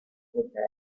footpath